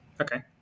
Okay